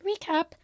recap